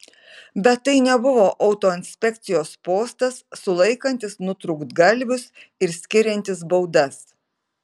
bet tai nebuvo autoinspekcijos postas sulaikantis nutrūktgalvius ir skiriantis baudas